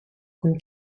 kun